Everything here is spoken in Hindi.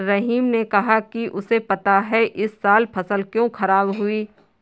रहीम ने कहा कि उसे पता है इस साल फसल क्यों खराब हुई